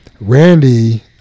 Randy